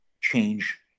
change